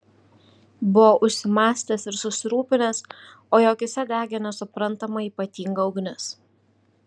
buvo užsimąstęs ir susirūpinęs o jo akyse degė nesuprantama ypatinga ugnis